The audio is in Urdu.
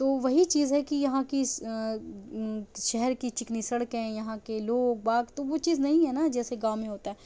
تو وہی چیز ہے کہ یہاں کی شہر کی چکنی سڑکیں یہاں کے لوگ باغ تو وہ چیز نہیں ہے نا جیسے گاؤں میں ہوتا ہے